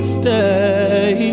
stay